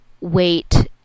wait